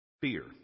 fear